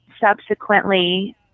subsequently